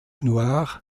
noir